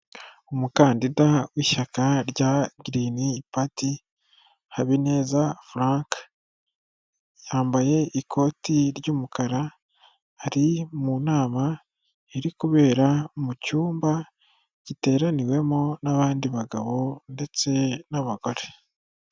Umukandida w'ishyaka rya Girini pati, Habineza Furanki, yambaye ikoti ry'umukara, ari mu nama iri kubera mu cyumba giteraniwemo n'abandi bagabo ndetse n'abagore.